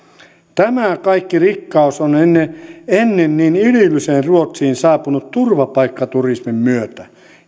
tämä kaikki rikkaus on ennen ennen niin idylliseen ruotsiin saapunut turvapaikkaturismin myötä